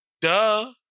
Duh